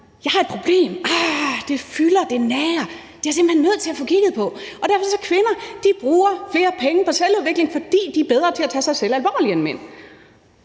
Jeg har et problem, ah, det fylder, det nager, det er jeg simpelt hen nødt til at få kigget på. Derfor bruger kvinder flere penge på selvudvikling, for de er bedre til at tage sig selv alvorligt end mænd.